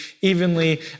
evenly